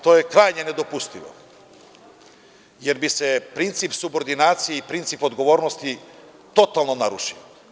To je krajnje nedopustivo, jer bi se princip subordinacije i princip odgovornosti totalno narušili.